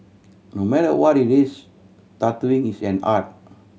no matter what it is tattooing is an art